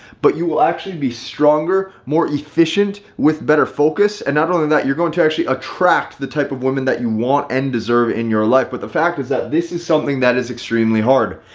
but you will actually be stronger, more efficient with better focus. and not only that, you're going to actually attract the type of women that you want and deserve in your life. but the fact is that this is something that is extremely hard.